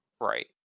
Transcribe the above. Right